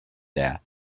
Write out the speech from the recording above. there